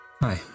Hi